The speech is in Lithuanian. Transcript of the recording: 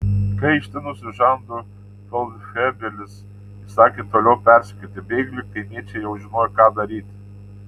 kai ištinusiu žandu feldfebelis įsakė toliau persekioti bėglį kaimiečiai jau žinojo ką daryti